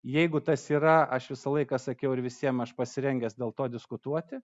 jeigu tas yra aš visą laiką sakiau ir visiem aš pasirengęs dėl to diskutuoti